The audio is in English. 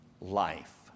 life